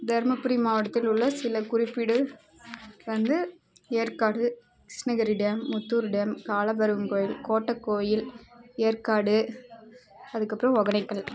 தருமபுரி மாவட்டதில் உள்ள சில குறிப்பிடு வந்து ஏற்காடு கிருஷ்ணகிரி டேம் முத்தூர் டேம் காலபைரவன் கோவில் கோட்டக்கோவில் ஏற்காடு அதுக்கப்புறம் ஒகேனக்கல்